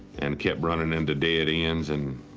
and kept running into dead ends and